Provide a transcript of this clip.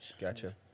Gotcha